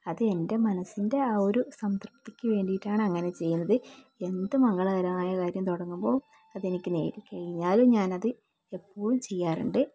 അത് എൻ്റെ മനസ്സിൻ്റെ ആ ഒരു സംതൃപ്തിക്ക് വേണ്ടിയിട്ടാണ് അങ്ങനെ ചെയ്യുന്നത് എന്ത് മംഗളകരമായ കാര്യം തുടങ്ങുമ്പോഴും അത് എനിക്ക് നേടി കഴിഞ്ഞാലും ഞാനത് എപ്പോഴും ചെയ്യാറുണ്ട്